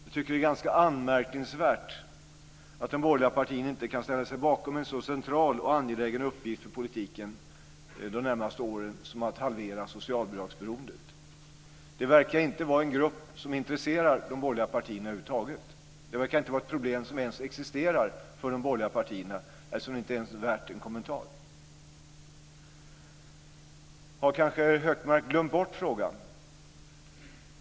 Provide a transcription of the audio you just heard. Jag tycker att det är ganska anmärkningsvärt att de borgerliga partierna inte kan ställa sig bakom en så central och angelägen uppgift för politiken de närmaste åren som att halvera socialbidragsberoendet. Det verkar inte vara en grupp som intresserar de borgerliga partierna över huvud taget. Det verkar inte vara ett problem som ens existerar för de borgerliga partierna, eftersom det inte ens är värt en kommentar. Har kanske Hökmark glömt bort frågan?